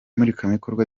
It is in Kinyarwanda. murikabikorwa